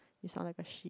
is sound like a shit